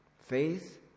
Faith